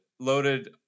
loaded